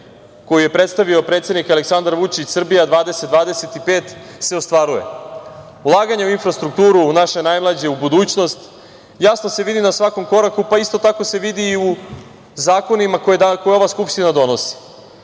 koji je predstavio predsednik Aleksandar Vučić „Srbija 2025“ se ostvaruje. Ulaganje u infrastrukturu, u naše najmlađe, u budućnost jasno se vidi na svakom koraku, pa isto tako se vidi i u zakonima koje ova Skupština i